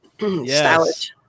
Yes